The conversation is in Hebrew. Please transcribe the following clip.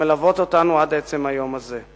שמלוות אותנו עד עצם היום הזה.